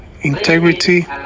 integrity